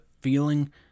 feeling